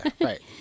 right